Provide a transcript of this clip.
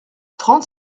trente